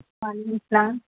و علیکم السلام